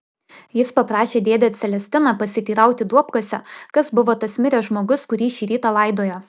jis paprašė dėdę celestiną pasiteirauti duobkasio kas buvo tas miręs žmogus kurį šį rytą laidojo